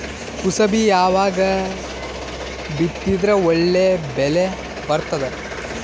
ಕುಸಬಿ ಯಾವಾಗ ಬಿತ್ತಿದರ ಒಳ್ಳೆ ಬೆಲೆ ಬರತದ?